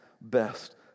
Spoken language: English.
best